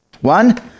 One